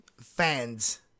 fans